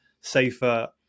safer